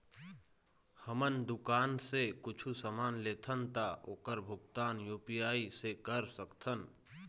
हमन दुकान से कुछू समान लेथन ता ओकर भुगतान यू.पी.आई से कर सकथन?